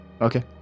Okay